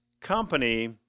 company